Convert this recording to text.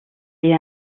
est